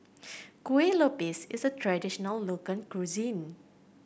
Kuih Lopes is a traditional local cuisine